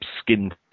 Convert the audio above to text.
skin